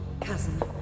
Cousin